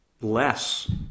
less